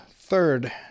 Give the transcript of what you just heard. third